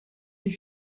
des